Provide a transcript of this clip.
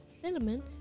cinnamon